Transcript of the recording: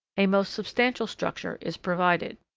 a most substantial structure is provided.